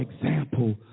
example